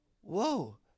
Whoa